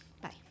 Bye